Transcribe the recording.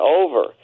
over